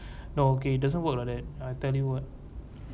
no okay doesn't work like that I tell you what